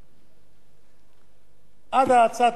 עד הצעת החוק הזו אם הוא לא היה מושך את זה מייד,